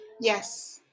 Yes